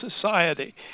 society